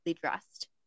dressed